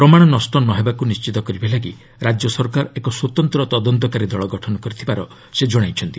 ପ୍ରମାଣ ନଷ୍ଟ ନ ହେବାକୁ ନିର୍ଣିତ କରିବାପାଇଁ ରାଜ୍ୟ ସରକାର ଏକ ସ୍ୱତନ୍ତ୍ର ତଦନ୍ତକାରୀ ଦଳ ଗଠନ କରିଥିବାର ସେ ଜଣାଇଛନ୍ତି